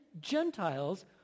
Gentiles